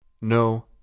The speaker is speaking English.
No